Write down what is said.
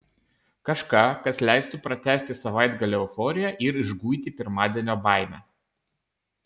kažką kas leistų pratęsti savaitgalio euforiją ir išguiti pirmadienio baimę